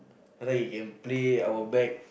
after that he can play our bag